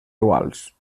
iguals